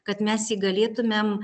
kad mes jį galėtumėm